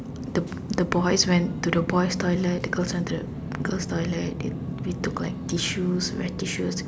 the the boys went to the boy's toilet the girls went to the girl's toilet then we took like tissues wet tissues